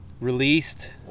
released